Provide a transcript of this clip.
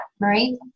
Marie